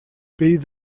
pell